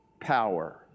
power